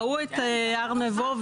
ראו את הר נבו,